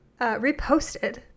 reposted